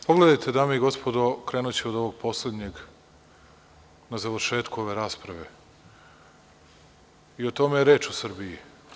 Pogledajte dame i gospodo, krenuću od ovog poslednjeg na završetku ove rasprave i o tome je reč u Srbiji.